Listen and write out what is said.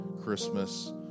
Christmas